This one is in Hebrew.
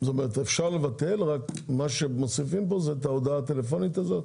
אפשר לבטל אבל מה שמוסיפים כאן זה את ההודעה הטלפונית הזאת.